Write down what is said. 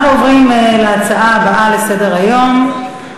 נעבור להצעות לסדר-היום בנושא: